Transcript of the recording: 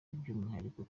by’umwihariko